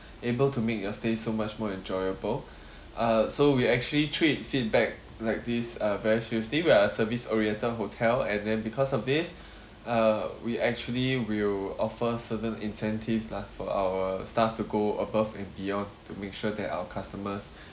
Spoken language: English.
able to make your stay so much more enjoyable uh so we actually treat feedback like this uh very seriously we are a service oriented hotel and then because of this uh we actually will offer certain incentives lah for our staff to go above and beyond to make sure that our customers